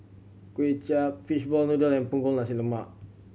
Kuay Chap fish ball noodle and Punggol Nasi Lemak